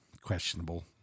questionable